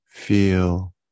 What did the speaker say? Feel